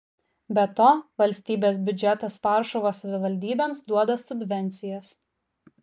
be to valstybės biudžetas varšuvos savivaldybėms duoda subvencijas